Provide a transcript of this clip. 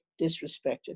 disrespected